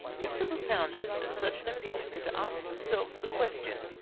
if the propounders of such an opinion were to ask themselves the question,